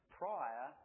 prior